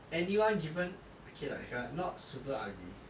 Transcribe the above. anyone given okay lah if you are not super ugly